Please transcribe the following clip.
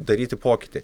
daryti pokytį